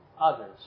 others